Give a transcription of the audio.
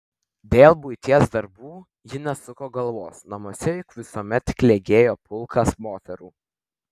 dėl buities darbų ji nesuko galvos namuose juk visuomet klegėjo pulkas moterų